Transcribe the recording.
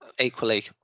equally